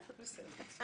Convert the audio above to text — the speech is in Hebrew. ההוראות.